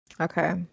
Okay